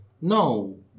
No